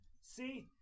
See